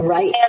Right